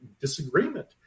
disagreement